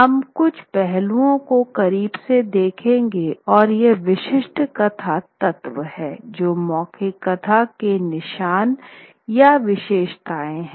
हम कुछ पहलुओं को करीब से देखेंगे और ये विशिष्ट कथा तत्व हैं जो मौखिक कथा के निशान या विशेषताएं हैं